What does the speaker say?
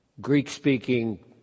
Greek-speaking